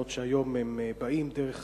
שהן המדינות שמהן באים היום דרך